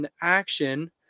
action